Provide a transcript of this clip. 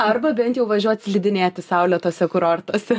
arba bent jau važiuot slidinėti saulėtuose kurortuose